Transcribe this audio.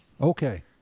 Okay